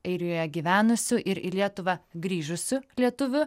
airijoje gyvenusiu ir į lietuvą grįžusiu lietuviu